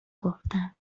گفتم